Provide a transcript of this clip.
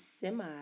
Semi